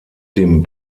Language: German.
dem